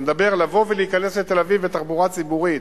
אתה מדבר על לבוא ולהיכנס לתל-אביב בתחבורה ציבורית.